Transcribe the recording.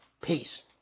peace